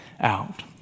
out